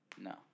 No